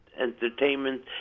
entertainment